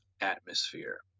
atmosphere